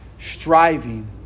striving